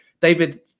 David